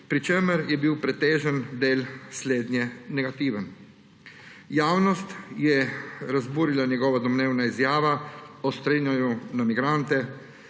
pri čemer je bil pretežen del slednje negativen. Javnost je razburila njegova domnevna izjava o streljanju na migrante.